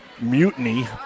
mutiny